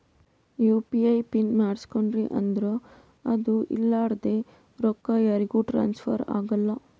you P I pin ಮಾಡುಸ್ಕೊಂಡ್ರಿ ಅಂದುರ್ ಅದು ಇರ್ಲಾರ್ದೆ ರೊಕ್ಕಾ ಯಾರಿಗೂ ಟ್ರಾನ್ಸ್ಫರ್ ಆಗಲ್ಲಾ